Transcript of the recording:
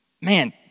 man